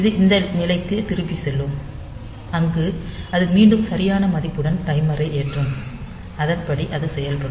இது இந்த நிலைக்குத் திரும்பிச் செல்லும் அங்கு அது மீண்டும் சரியான மதிப்புடன் டைமரை ஏற்றும் அதன்படி அது செயல்படும்